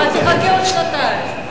אבל תחכה עוד שנתיים.